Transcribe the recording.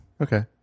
Okay